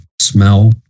smell